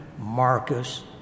Marcus